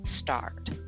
start